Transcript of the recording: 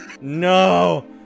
No